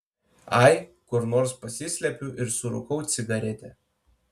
ai kur nors pasislepiu ir surūkau cigaretę